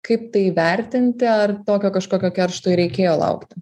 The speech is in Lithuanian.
kaip tai vertinti ar tokio kažkokio keršto reikėjo laukti